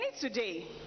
today